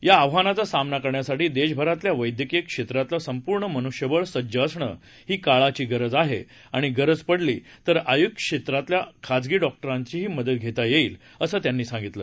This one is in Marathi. या आव्हानाचा सामना करण्यासाठी देशभरातल्या वद्यक्रीय क्षेत्रातलं सेपूर्ण मनुष्यबळ सज्ज असणं ही काळाची गरज आहे आणि गरज पडली तर आय्ष क्षेत्रातल्या खाजगी डॉक्ट्रांचीही मदत घेता येईल असं त्यांनी सांगितलं